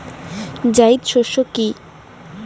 জায়িদ শস্য কি?